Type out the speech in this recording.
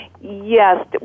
yes